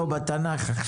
לא, בתנ"ך.